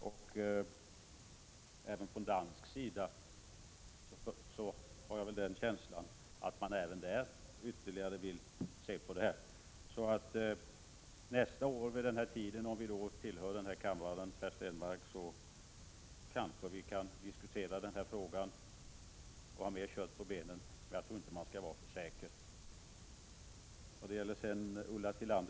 Fru talman! Först till Per Stenmarck: Det är väldigt svårt för mig att nämna någon exakt tidpunkt när det kan föreligga något förslag i den ena eller den andra riktningen. Jag kan hålla med Sven Hulterström och Birgitta Dahl, åtminstone om att man inte hinner få fram något förslag före valet 1988. Så här finns ytterligare saker att närmare beskåda. Även på dansk sida, har jag en känsla av, vill man se ytterligare på frågan.